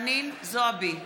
חנין זועבי,